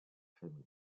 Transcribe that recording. famille